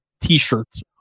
T-shirts